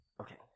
Okay